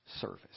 service